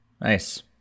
nice